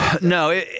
No